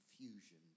confusion